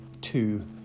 two